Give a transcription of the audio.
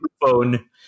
phone